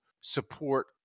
support